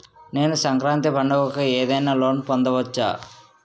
నేను సంక్రాంతి పండగ కు ఏదైనా లోన్ పొందవచ్చా?